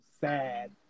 sad